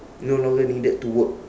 no longer needed to work